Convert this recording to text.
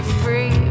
free